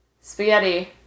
Spaghetti